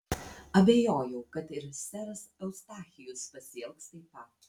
abejojau kad ir seras eustachijus pasielgs taip pat